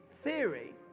theory